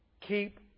keep